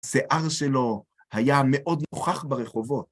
שיער שלו היה מאוד נוכח ברחובות.